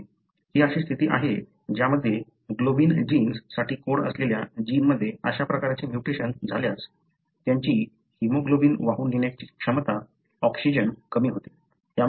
ही अशी स्थिती आहे ज्यामध्ये ग्लोबिन जिन्स साठी कोड असलेल्या जीनमध्ये अशा प्रकारचे म्युटेशन्स झाल्यास त्यांची हिमोग्लोबिन वाहून नेण्याची क्षमता ऑक्सिजन कमी होते